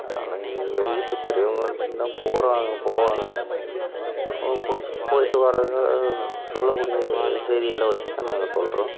அதனால் எங்கள் வீட்டு பெரியவங்க போகிறாங்க போவாங்க அவங்க பிடிச்சிட்டு போய்விட்டு வர்றது சொல்லக்கூடிய செய்திகளை வைச்சிதான் நாங்கள் சொல்கிறோம்